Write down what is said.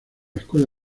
escuela